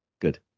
Good